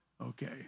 Okay